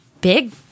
big